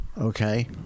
Okay